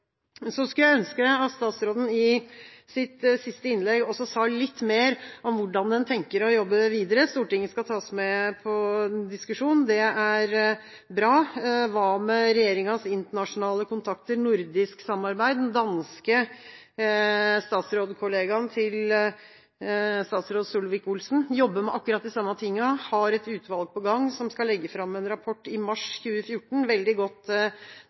Så skulle jeg ønske at statsråden i sitt siste innlegg også sa litt mer om hvordan en tenker å jobbe videre. Stortinget skal tas med i diskusjonen – det er bra. Hva med regjeringas internasjonale kontakter og nordisk samarbeid? Den danske statsrådkollegaen til statsråd Solvik-Olsen jobber med akkurat de samme tingene og har et utvalg på gang som skal legge fram en rapport i mars 2014. Det er veldig godt